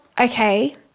okay